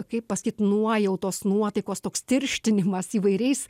kaip pasakyt nuojautos nuotaikos toks tirštinimas įvairiais